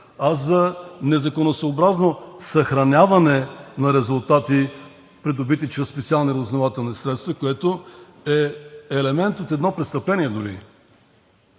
а за незаконосъобразно съхраняване на резултати, придобити чрез специални разузнавателни средства, което е елемент от едно престъпление дори